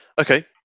okay